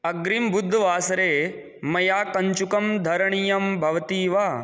अग्रिमे बुधवासरे मया कञ्चुकं धरणीयं भवती वा